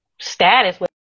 status